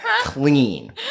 clean